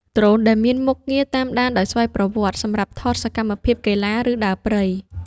ដ្រូនដែលមានមុខងារតាមដានដោយស្វ័យប្រវត្តិ សម្រាប់ថតសកម្មភាពកីឡា ឬដើរព្រៃ។